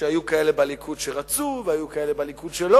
שהיו כאלה בליכוד שרצו והיו כאלה בליכוד שלא